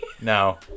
No